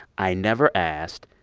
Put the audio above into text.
i never asked.